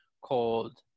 called